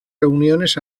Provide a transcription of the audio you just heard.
reuniones